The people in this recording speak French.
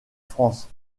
france